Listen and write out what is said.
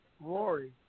Rory